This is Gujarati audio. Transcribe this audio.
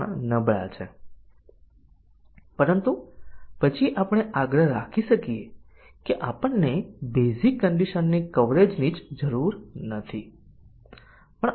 જવાબ ના છે કારણ કે બેઝીક કન્ડિશન ના કવરેજને ડીસીઝન કવરેજ ની ખાતરી કરવાની જરૂર નથી